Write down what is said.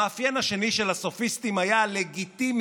המאפיין השני של הסופיסטים היה הלגיטימיות